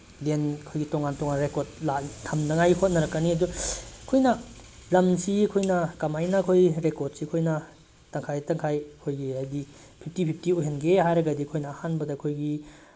ꯑꯩꯈꯣꯏꯒꯤ ꯇꯣꯉꯥꯟ ꯇꯣꯉꯥꯟ ꯔꯦꯀꯣꯔꯠ ꯊꯝꯅꯤꯉꯥꯏꯒꯤ ꯍꯣꯠꯅꯔꯛꯀꯅꯤ ꯑꯗꯨ ꯑꯩꯈꯣꯏꯅ ꯂꯝꯁꯤ ꯑꯩꯈꯣꯏꯅ ꯀꯃꯥꯏꯅ ꯑꯩꯈꯣꯏ ꯔꯦꯀꯣꯔꯠꯁꯤ ꯑꯩꯈꯣꯏꯅ ꯇꯪꯈꯥꯏ ꯇꯪꯈꯥꯏ ꯑꯩꯈꯣꯏꯒꯤ ꯍꯥꯏꯗꯤ ꯐꯤꯞꯇꯤ ꯐꯤꯞꯇꯤ ꯑꯣꯏꯍꯟꯒꯦ ꯍꯥꯏꯔꯒꯗꯤ ꯑꯩꯈꯣꯏꯅ ꯑꯍꯥꯟꯕꯗ ꯑꯩꯈꯣꯏꯒꯤ